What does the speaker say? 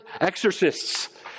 exorcists